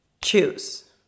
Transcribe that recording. choose